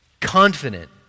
confident